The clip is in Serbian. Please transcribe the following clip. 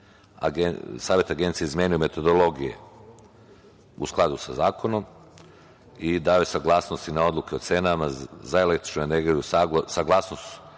Savet Agencije je izmenio metodologije u skladu sa zakonom i dao je saglasnosti na odluke o cenama za električnu energiju, saglasnost